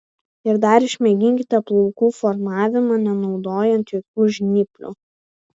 ir dar išmėginkite plaukų formavimą nenaudojant jokių žnyplių